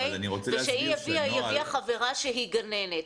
כשהיא הביאה, היא הביאה חברה שהיא גננת.